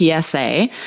PSA